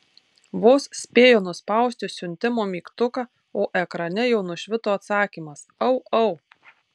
vos spėjo nuspausti siuntimo mygtuką o ekrane jau nušvito atsakymas au au